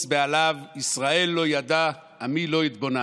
בעליו ישראל לא ידע עמי לא התבונן".